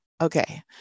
okay